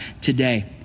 today